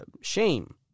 shame